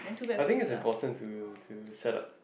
I think is important to to set up